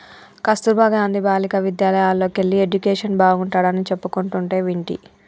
కస్తుర్బా గాంధీ బాలికా విద్యాలయల్లోకెల్లి ఎడ్యుకేషన్ బాగుంటాడని చెప్పుకుంటంటే వింటి